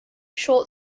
short